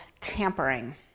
tampering